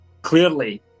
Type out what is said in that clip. Clearly